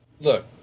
Look